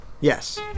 Yes